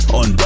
on